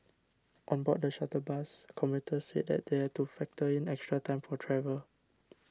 on board the shuttle bus commuters said they had to factor in extra time for travel